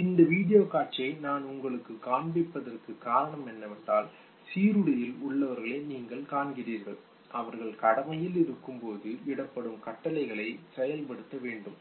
இந்த வீடியோ காட்சியை நான் உங்களுக்குக் காண்பிப்பதற்கான காரணம் என்னவென்றால் சீருடையில் உள்ளவர்களை நீங்கள் காண்கிறீர்கள் அவர்கள் கடமையில் இருக்கும் போது இடப்படும் கட்டளையை செயல்படுத்த வேண்டும்